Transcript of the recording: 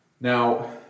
Now